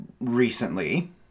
recently